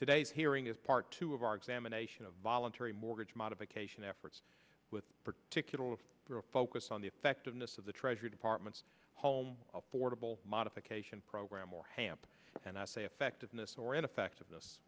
today's hearing is part two of our examination of voluntary mortgage modification efforts with particular focus on the effectiveness of the treasury department's home affordable modification program or hamp and i say effectiveness or ineffectiveness